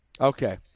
Okay